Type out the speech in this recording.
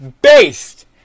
Based